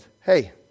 Hey